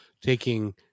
taking